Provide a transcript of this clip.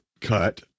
cut